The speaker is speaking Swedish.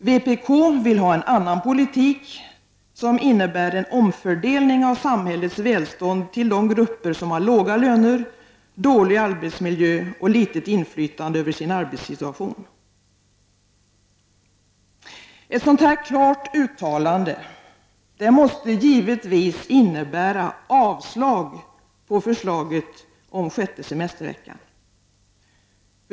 Vpk vill ha en annan politik som innebär en omfördelning av samhällets välstånd till de grupper som har låga löner, dålig arbetsmiljö och litet inflytande över sin arbetssituation. Ett sådant klart uttalande måste givetvis innebära avslag på förslaget om den sjätte semesterveckan.